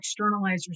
externalizers